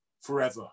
forever